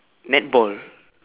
netball